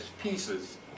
pieces